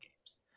games